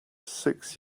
six